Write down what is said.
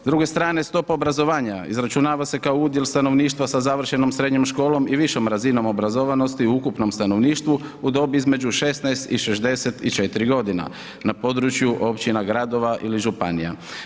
S druge strane stopa obrazovanja izračunava se kao udjel stanovništva sa završenom srednjom školom i višom razinom obrazovanosti u ukupnom stanovništvu u dobi između 16 i64 g. na području općina, gradova ili županija.